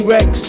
Rex